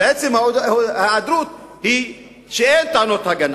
ועצם ההיעדרות היא שאין טענות הגנה,